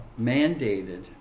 mandated